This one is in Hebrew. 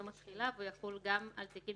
יום התחילה) והוא יחול גם על תיקים